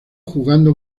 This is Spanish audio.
jugando